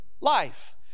life